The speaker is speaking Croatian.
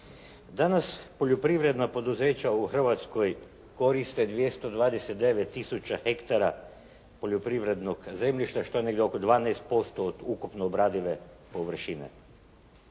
Danas poljoprivredna poduzeća u Hrvatskoj koriste 229 tisuća hektara poljoprivrednog zemljišta, što je negdje 12% od ukupno obradive površine.